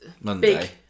Monday